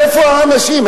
איפה האנשים?